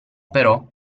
però